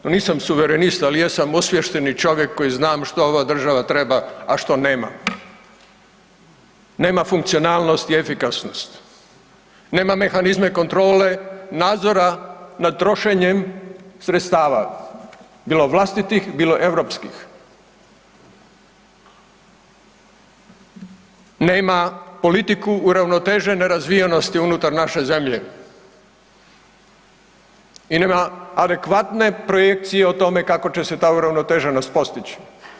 Nisam suverenist, ali jesam osviješteni čovjek koji znam što ova država treba, a što nema. nema funkcionalnost i efikasnost, nema mehanizme kontrole, nadzora nad trošenjem sredstava bilo vlastitih, bilo europskih, nema politiku uravnotežene razvijenosti unutar naše zemlje i nema adekvatne projekcije o tome kako će se ta uravnoteženost postići.